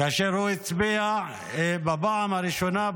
כאשר הוא הצביע בפעם הראשונה,